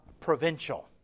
provincial